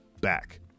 back